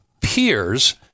peers